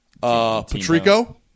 Patrico